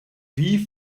wie